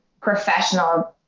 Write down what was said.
professional